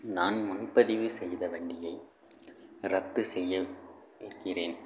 நான் முன்பதிவு செய்த வண்டியை ரத்து செய்ய இருக்கிறேன்